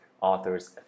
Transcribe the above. authors